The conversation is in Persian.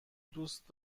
دوست